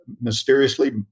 mysteriously